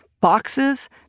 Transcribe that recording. Boxes